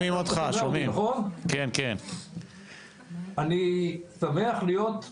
אני זוכר כאשר אני הייתי יושב ראש ועדת עלייה וקליטה בין 81'